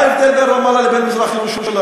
מה ההבדל בין רמאללה לבין מזרח-ירושלים?